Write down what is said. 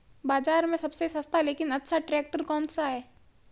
बाज़ार में सबसे सस्ता लेकिन अच्छा ट्रैक्टर कौनसा है?